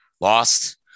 Lost